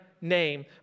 name